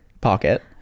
pocket